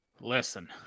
Listen